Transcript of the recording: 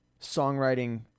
songwriting